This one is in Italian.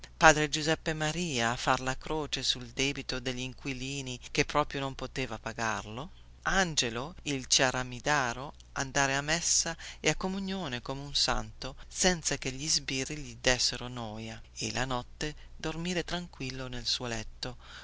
padre giuseppe maria a far la croce sul debito degli inquilini che proprio non potevano pagarlo angelo il ciaramidaro andare alla messa e alla benedizione come un santo senza che gli sbirri gli dessero noia e la notte dormire tranquillo nel suo letto